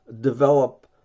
develop